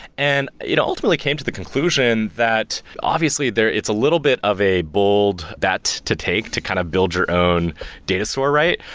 and you know ultimately, came to the conclusion that obviously, it's a little bit of a bold that to take to kind of build your own data store, right?